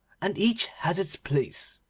and each has its place.